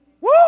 Woo